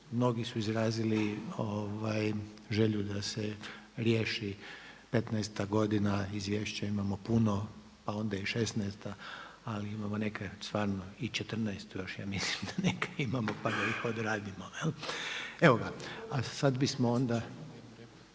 mnogi su izrazili želju da se riješi, 15'-ta godina, izvješća imamo puno, pa onda i 16'-ta ali imamo stvarno i 14'-tu ja mislim da neke imamo, pa da ih odradimo. Evo ga a sad bismo onda,